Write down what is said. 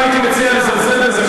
אני לא הייתי מציע לזלזל בזה,